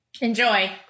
Enjoy